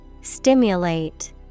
Stimulate